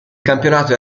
campionato